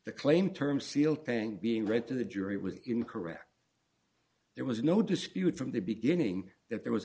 the claim term seal thing being read to the jury was incorrect there was no dispute from the beginning that there was